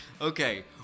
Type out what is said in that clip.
Okay